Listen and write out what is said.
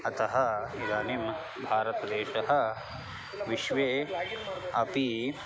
अतः इदानीं भारतदेशः विश्वेपि